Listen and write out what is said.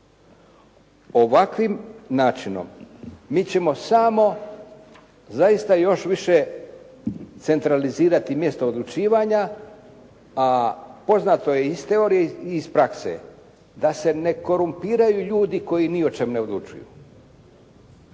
Ovakvim načinom mi ćemo samo zaista još više centralizirati mjesto odlučivanja, a poznato je i iz teorije i iz prakse da se ne korumpiraju ljudi koji ni o čemu ne odlučuju.